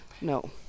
No